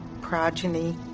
progeny